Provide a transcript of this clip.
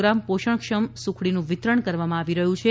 ગ્રા પોષણક્ષમ સુખડીનું વિતરણ કરવામાં આવી રહ્યું છે